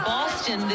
Boston